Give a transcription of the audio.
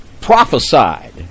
prophesied